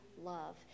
Love